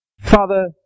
Father